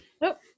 Nope